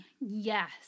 Yes